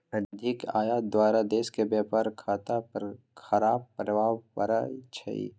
अधिक आयात द्वारा देश के व्यापार खता पर खराप प्रभाव पड़इ छइ